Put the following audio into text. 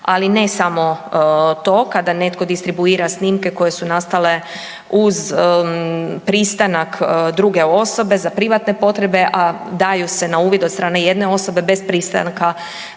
ali ne samo to. Kada netko distribuira snimke koje su nastale uz pristanak druge osobe za privatne potrebe, a daju se na uvid od strane jedne osobe bez pristanka